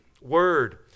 word